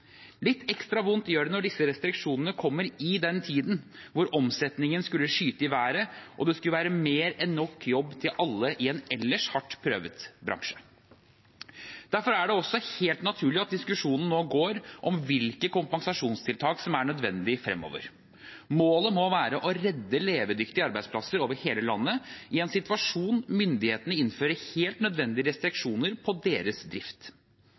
Litt ekstra vondt gjør det når disse restriksjonene kommer i den tiden hvor omsetningen skulle skyte i været og det skulle være mer enn nok jobb til alle i en ellers hardt prøvet bransje. Derfor er det helt naturlig at diskusjonen nå går om hvilke kompensasjonstiltak som er nødvendige fremover. Målet må være å redde levedyktige arbeidsplasser over hele landet i en situasjon der myndighetene innfører helt nødvendige restriksjoner på driften deres.